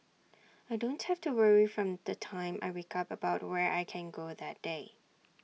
I don't have to worry from the time I wake up about where I can go that day